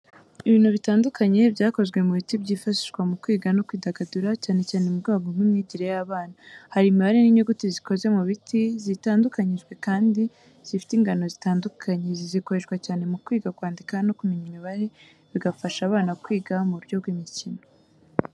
Ibintu bitandukanye byakozwe mu biti byifashishwa mu kwiga no kwidagadura cyane cyane mu rwego rw’imyigire y'abana. Hari imibare n’inyuguti zikoze mu biti, zitandukanyijwe kandi zifite ingano zitandukanye. Izi zikoreshwa cyane mu kwiga kwandika no kumenya imibare bigafasha abana kwiga mu buryo bw'imikino.